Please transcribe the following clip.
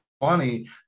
funny